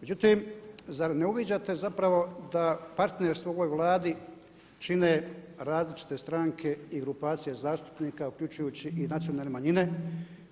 Međutim, zar ne uviđate zapravo da partnerstvo u ovoj Vladi čine različite stranke i grupacije zastupnika uključujući i nacionalne manjine